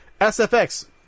SFX